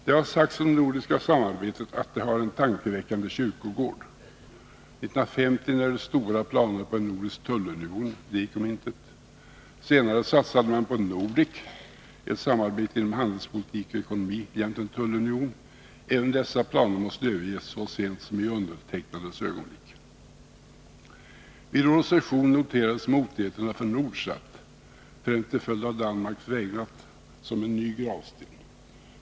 Det har sagts om det nordiska samarbetet att det har en tankeväckande kyrkogård. 1950 närdes stora planer på en nordisk tullunion. De gick om intet. Senare satsade man på Nordek, ett samarbete inom handelspolitik och ekonomi jämte en tullunion. Även dessa planer måste överges så sent som i undertecknandets ögonblick. Vid årets session noterades motigheterna för Nordsat, främst till följd av Danmarks vägran, som en ny gravsten.